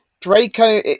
Draco